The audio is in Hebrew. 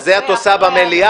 גם יוסי יונה נמנע.